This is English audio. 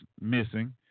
missing